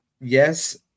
yes